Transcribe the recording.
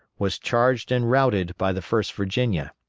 was charged and routed by the first virginia.